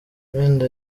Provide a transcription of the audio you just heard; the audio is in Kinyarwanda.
wenda